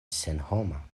senhoma